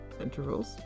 intervals